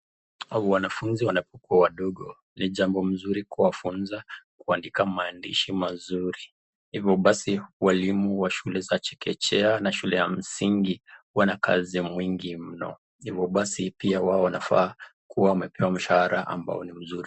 Wanafunzi wanapokuwa wadogo, ni jambo nzuri kuwafunza kuandika maandishi mazuri, hivo basi walimu wa shule ya chekechea na shule ya msingi wanakazi mwingi mno, hivo basi pia wao wanafaa kuwa wamepewa mshahara ambao ni mzuri.